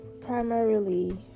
primarily